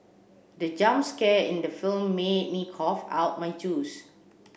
the jump scare in the film made me cough out my juice